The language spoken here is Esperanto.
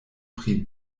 pri